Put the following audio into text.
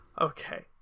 Okay